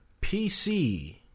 PC